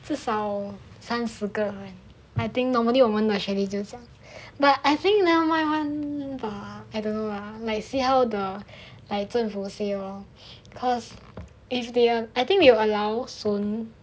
至少三十个人 I think normally on 我们的 chalet 就是这样 but I think never mind [one] bah I don't know lah like see how the like 政府 say lor if they are I think we will allow soon